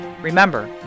Remember